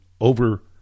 over